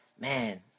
man